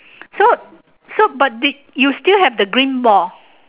so so but they you still have the green ball